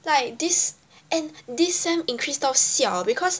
like this and this sem increase 到 siao because